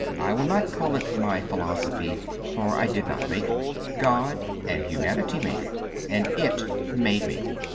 i will not call it my philosophy for i did not make it. god and humanity made it and it made me.